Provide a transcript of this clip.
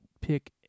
pick